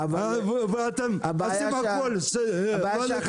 ואתם עושים הכול שלא לקבל אותה.